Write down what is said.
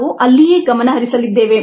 ನಾವು ಅಲ್ಲಿಯೇ ಗಮನ ಹರಿಸಲಿದ್ದೇವೆ